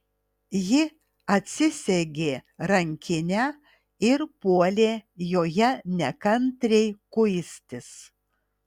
ji atsisegė rankinę ir puolė joje nekantriai kuistis